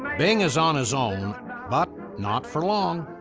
bing is on his own but not for long.